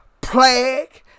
plague